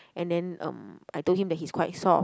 and then um I told him that he's quite soft